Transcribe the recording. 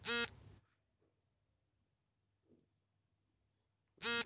ಬೆಳೆಗಳ ಮಾರುಕಟ್ಟೆಯ ದರವನ್ನು ತಿಳಿಯುವುದು ಹೇಗೆ?